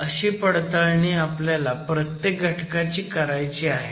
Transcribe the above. अशी पडताळणी आपल्याला प्रत्येक घटकाची करायची आहे